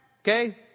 Okay